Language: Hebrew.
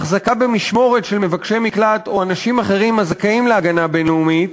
החזקה במשמורת של מבקשי מקלט או אנשים אחרים הזכאים להגנה בין-לאומית